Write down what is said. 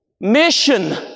Mission